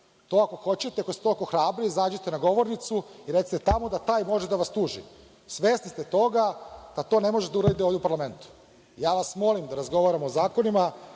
To ako hoćete, ako ste toliko hrabri izađite na govornicu i recite tamo da taj može da vas tuži. Svesni ste toga, pa to ne može da uradite ovde u parlamentu. Ja vas molim da razgovaramo o zakonima,